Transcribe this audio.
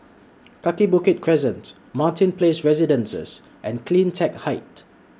Kaki Bukit Crescent Martin Place Residences and CleanTech Height